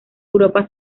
europa